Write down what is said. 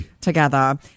together